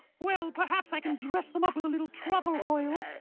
well, perhaps i can dress them up with a little truffle oil.